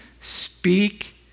speak